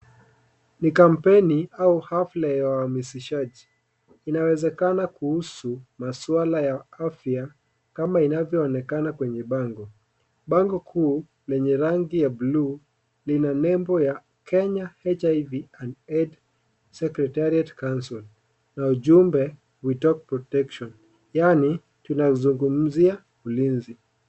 Ni kampeni au hafla ya uhamisishaji, inawezekana kuhusu maswala ya afya kama inavyoonekana kwenye bango, bango kuu lenye rangi ya buluu lina nembo ya Kenya HIV and AIDS secretariate council na ujumbe we talk protection , yaani tunazungumzia ulinzi.